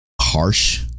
harsh